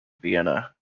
vienna